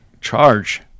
charge